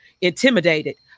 intimidated